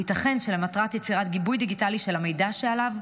ייתכן שלמטרת יצירת גיבוי דיגיטלי של המידע שעליו,